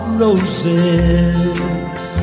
roses